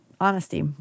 honesty